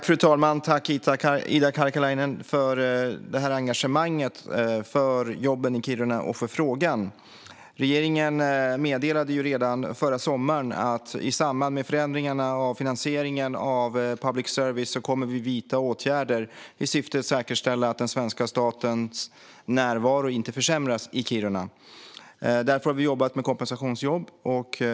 Fru talman! Tack, Ida Karkiainen, för engagemanget för jobben i Kiruna och för den här frågan! Regeringen meddelade redan förra sommaren att man i samband med förändringarna av finansieringen av public service kommer att vidta åtgärder i syfte att säkerställa att den svenska statens närvaro i Kiruna inte försämras. Därför har vi jobbat med kompensationsjobb.